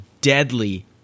deadly